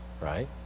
right